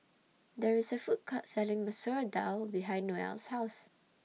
There IS A Food Court Selling Masoor Dal behind Noelle's House